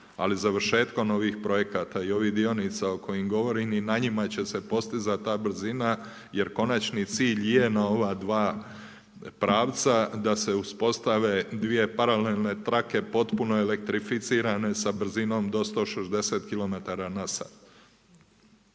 Ali završetkom ovih projekata i ovih dionica o kojim govorim i na njima će se postizat ta brzina, jer konačni cilj je na ova dva pravca da se uspostave dvije paralelne trake potpuno elektrificirane sa brzinom do 160 km na sat.